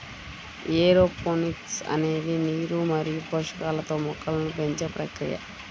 aeroponics అనేది నీరు మరియు పోషకాలతో మొక్కలను పెంచే ప్రక్రియ